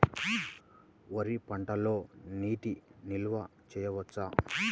వరి పంటలో నీటి నిల్వ చేయవచ్చా?